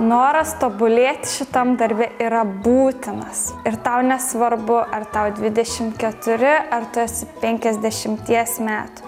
noras tobulėt šitam darbe yra būtinas ir tau nesvarbu ar tau dvidešim keturi ar tu esi penkiasdešimties metų